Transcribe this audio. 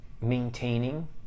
maintaining